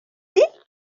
dit